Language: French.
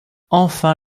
enfin